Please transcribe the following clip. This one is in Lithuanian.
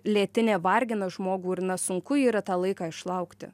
lėtinė vargina žmogų ir na sunku yra tą laiką išlaukti